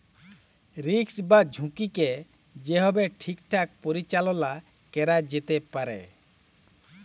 risk বা ঝুঁকিকে যে ভাবে ঠিকঠাক পরিচাললা ক্যরা যেতে পারে